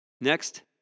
Next